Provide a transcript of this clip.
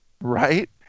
Right